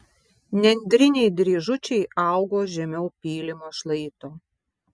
nendriniai dryžučiai augo žemiau pylimo šlaito